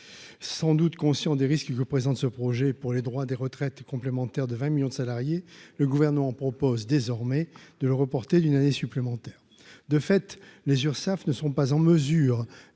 Sans doute conscient des risques que présente ce projet pour les droits à retraite complémentaire de vingt millions de salariés, le Gouvernement propose désormais de le reporter d'une année supplémentaire. De fait, les Urssaf ne sont pas en mesure